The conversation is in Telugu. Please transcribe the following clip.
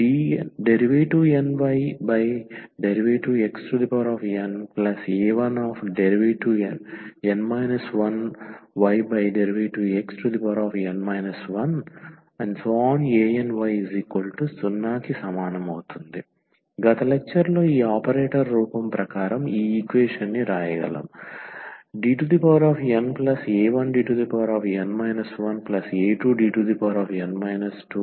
dnydxna1dn 1ydxn 1any0 గత లెక్చర్లో ఈ ఆపరేటర్ రూపం ప్రకారం ఈ ఈక్వేషన్ ని వ్రాయగలము Dna1Dn 1a2Dn 2any0